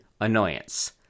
annoyance